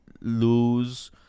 lose